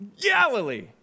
Galilee